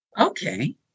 Okay